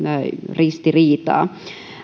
ristiriitaa